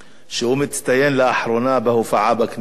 שמצטיין לאחרונה בהופעה בכנסת.